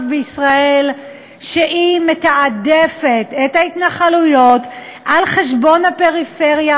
בישראל שהיא מתעדפת את ההתנחלויות על חשבון הפריפריה,